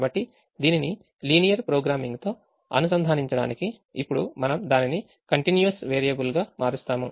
కాబట్టి దీనిని లీనియర్ ప్రోగ్రామింగ్తో అనుసంధానించడానికి ఇప్పుడు మనం దానిని continuous వేరియబుల్గా మారుస్తాము